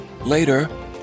later